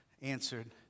answered